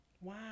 Wow